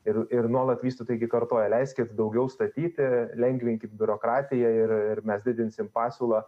ir ir nuolat vystytojai gi kartoja leiskit daugiau statyti lengvinkit biurokratiją ir ir mes didinsim pasiūlą